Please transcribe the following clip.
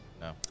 No